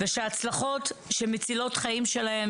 ושההצלחות שמצילות חיים שלהן,